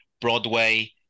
Broadway